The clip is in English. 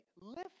lift